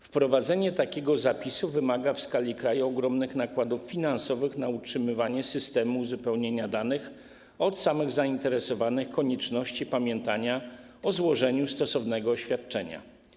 Wprowadzenie takiego zapisu wymaga w skali kraju ogromnych nakładów finansowych na utrzymywanie systemu uzupełniania danych od samych zainteresowanych i konieczności pamiętania o złożeniu stosownego oświadczenia.